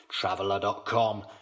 Traveler.com